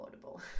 affordable